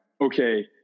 okay